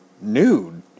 nude